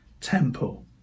temple